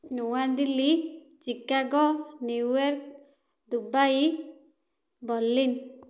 New Delhi Chicago New York Dubai Berlin